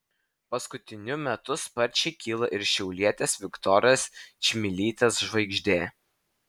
paskutiniu metu sparčiai kyla ir šiaulietės viktorijos čmilytės žvaigždė